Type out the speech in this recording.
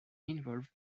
involved